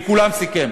עם כולם הוא סיכם.